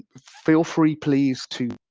feel free please to.